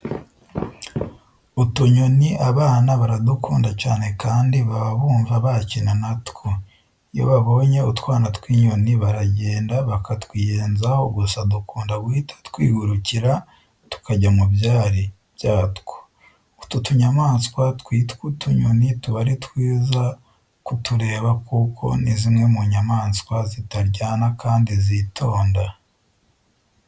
Utunyoni abana baradukunda cyane kandi baba bumva bakina na two. Iyo babonye utwana tw'inyoni baragenda bakatwiyenzaho gusa dukunda guhita twigurukira tukajya mu byari byatwo. Utu tunyamaswa twitwa utunyoni tuba ari twiza kutureba kuko ni zimwe mu nyamaswa zitaryana kandi zitonda.